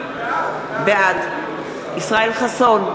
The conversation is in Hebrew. בעד ישראל חסון,